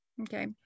Okay